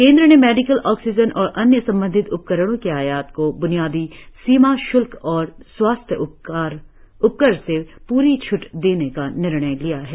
केंद्र ने medical oxygen और अन्य संबंधित उपकरणों के आयात को ब्नियादी सीमा श्ल्क और स्वास्थ्य उपकर से प्री छ्ट देने का निर्णय लिया है